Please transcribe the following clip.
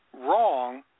wrong